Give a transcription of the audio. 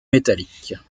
métallique